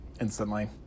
instantly